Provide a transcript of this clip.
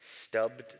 Stubbed